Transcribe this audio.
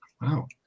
Wow